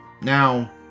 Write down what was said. Now